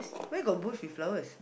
where got bush with flowers